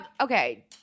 okay